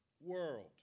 world